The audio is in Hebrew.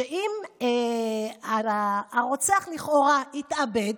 הוא שאם הרוצח לכאורה התאבד,